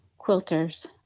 quilters